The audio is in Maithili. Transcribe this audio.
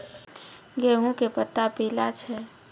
गेहूँ के पत्ता पीला छै?